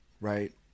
right